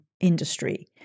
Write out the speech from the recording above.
industry